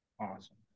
Awesome